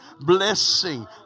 blessing